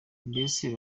mbese